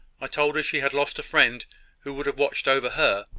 i told her she had lost a friend who would have watched over her,